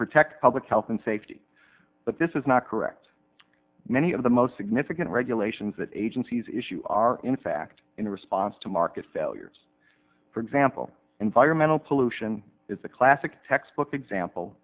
protect public health and safety but this is not correct many of the most significant regulations that agencies issue are in fact in response to market failures for example environmental pollution is a classic textbook example